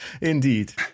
Indeed